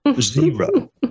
Zero